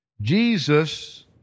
Jesus